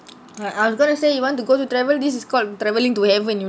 like I was gonna say you want to go to travel this is called travelling to heaven